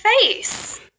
face